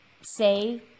say